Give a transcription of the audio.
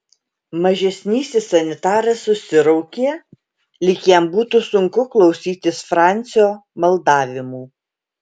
mažesnysis sanitaras susiraukė lyg jam būtų sunku klausytis francio maldavimų